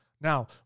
Now